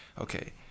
Okay